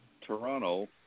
Toronto